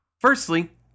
Firstly